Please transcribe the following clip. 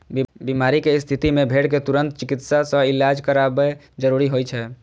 बीमारी के स्थिति मे भेड़ कें तुरंत चिकित्सक सं इलाज करायब जरूरी होइ छै